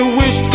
wish